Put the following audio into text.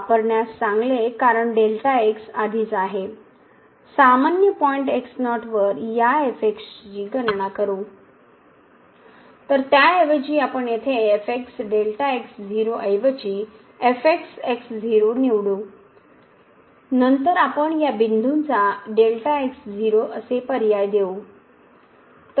वापरण्यास चांगले कारण डेल्टा x आधीच आहे सामान्य पॉइंट x0 वर या ची गणना करू तर त्याऐवजी आपण येथे ऐवजी निवडू नंतर आपण या बिंदूचा असे पर्याय देऊ